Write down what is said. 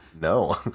no